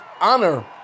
Honor